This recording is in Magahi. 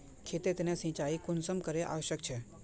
खेतेर तने सिंचाई कुंसम करे आवश्यक छै?